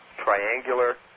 triangular